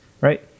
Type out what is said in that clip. right